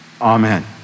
Amen